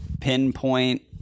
pinpoint